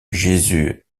jesus